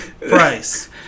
price